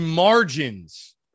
Margins